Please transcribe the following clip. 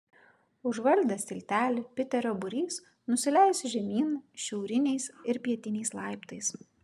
užvaldęs tiltelį piterio būrys nusileis žemyn šiauriniais ir pietiniais laiptais